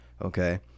Okay